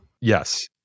yes